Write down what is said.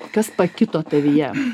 kas pakito tavyje